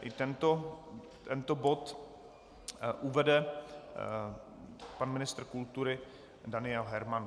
I tento bod uvede pan ministr kultury Daniel Herman.